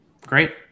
Great